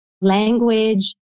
Language